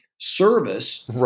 service